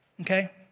okay